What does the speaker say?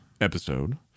episode